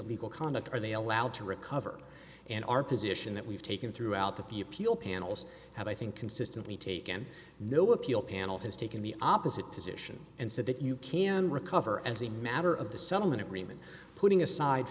illegal conduct are they allowed to recover and our position that we've taken throughout that the appeal panels have i think consistently taken no appeal panel has taken the opposite position and said that you can recover as a matter of the settlement agreement putting aside